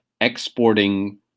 exporting